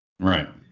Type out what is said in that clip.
Right